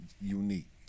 unique